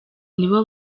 nibo